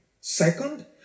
second